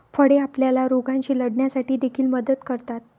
फळे आपल्याला रोगांशी लढण्यासाठी देखील मदत करतात